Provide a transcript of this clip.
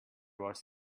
was